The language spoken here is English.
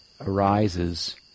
arises